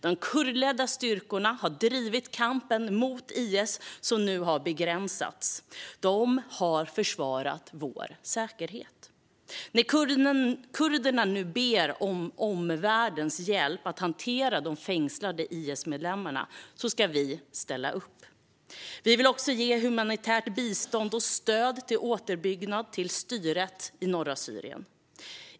De kurdledda styrkorna har drivit kampen mot IS, som nu har begränsats. De har försvarat vår säkerhet. När kurderna nu ber om omvärldens hjälp att hantera de fängslade IS-medlemmarna ska vi ställa upp. Vi vill också ge humanitärt bistånd och stöd till återuppbyggnad till styret i norra Syrien.